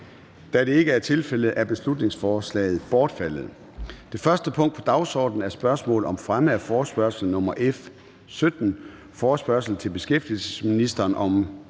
Da det ikke er tilfældet, er beslutningsforslaget bortfaldet. --- Det første punkt på dagsordenen er: 1) Spørgsmål om fremme af forespørgsel nr. F 17: Forespørgsel til beskæftigelsesministeren om